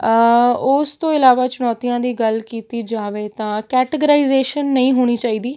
ਉਸ ਤੋਂ ਇਲਾਵਾ ਚੁਣੌਤੀਆਂ ਦੀ ਗੱਲ ਕੀਤੀ ਜਾਵੇ ਤਾਂ ਕੈਟਗਰਾਜੇਜ਼ਨ ਨਹੀਂ ਹੋਣੀ ਚਾਹੀਦੀ